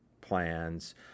plans